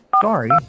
Sorry